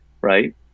right